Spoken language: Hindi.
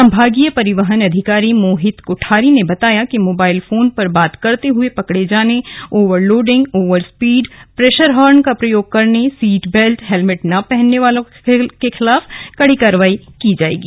सम्भागीय परिवहन अधिकारी मोहित कोठारी ने बताया कि मोबाईल फोन पर बात करते हुए पकड़े जाने overloading over speed pressure horn का प्रयोग करने सीट बैल्ट हेलमेट न पहनने वालों के खिलाफ कड़ी कार्रवाई की जाएगी